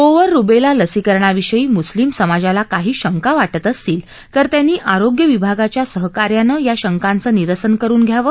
गोवर रुबेला लसीकरणाविषयी मुस्लीम समाजाला काही शंका वा ित्र असतील तर त्यांनी आरोग्य विभागाच्या सहकार्यानं या शंकांचं निरसन करून घ्यावं